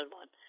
one